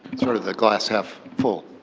sort of the glass half full.